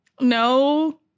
no